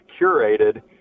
curated